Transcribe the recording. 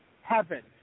heaven